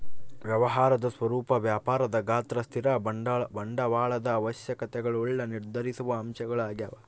ವ್ಯವಹಾರದ ಸ್ವರೂಪ ವ್ಯಾಪಾರದ ಗಾತ್ರ ಸ್ಥಿರ ಬಂಡವಾಳದ ಅವಶ್ಯಕತೆಗುಳ್ನ ನಿರ್ಧರಿಸುವ ಅಂಶಗಳು ಆಗ್ಯವ